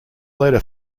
letter